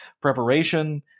preparation